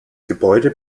gebäude